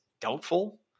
doubtful